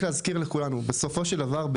כולנו צריכים לזכור שבסופו של דבר,